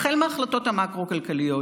החל מההחלטות המקרו-כלכליות